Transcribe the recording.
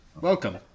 welcome